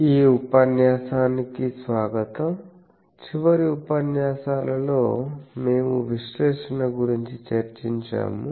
ఈ ఉపన్యాసానికి స్వాగతం చివరి ఉపన్యాసాలలో మేము విశ్లేషణ గురించి చర్చించాము